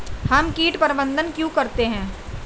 हम कीट प्रबंधन क्यों करते हैं?